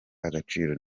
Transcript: agaciro